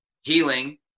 healing